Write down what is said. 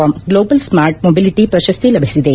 com global ಸ್ಕಾರ್ಟ್ mobility ಪ್ರಶಸ್ತಿ ಲಭಿಸಿದೆ